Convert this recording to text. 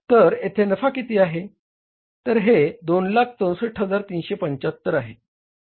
तर येथे नफा किती आहे तर हे 264375 आहे